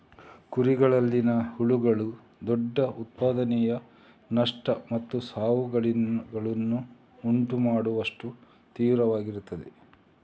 ಕುರಿಗಳಲ್ಲಿನ ಹುಳುಗಳು ದೊಡ್ಡ ಉತ್ಪಾದನೆಯ ನಷ್ಟ ಮತ್ತು ಸಾವುಗಳನ್ನು ಉಂಟು ಮಾಡುವಷ್ಟು ತೀವ್ರವಾಗಿರುತ್ತವೆ